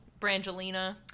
Brangelina